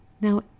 Now